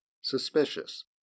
suspicious